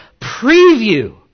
preview